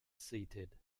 seated